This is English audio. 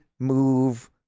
move